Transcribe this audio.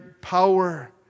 power